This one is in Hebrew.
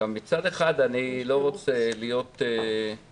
מצד אחד אני לא רוצה להיות מעביד